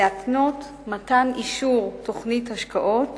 להתנות מתן אישור לתוכנית השקעות